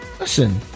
Listen